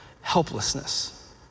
helplessness